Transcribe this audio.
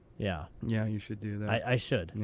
yeah yeah, you should do that. i should.